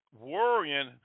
Worrying